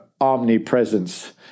omnipresence